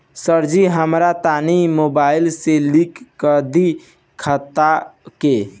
सरजी हमरा तनी मोबाइल से लिंक कदी खतबा के